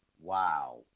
Wow